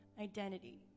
identity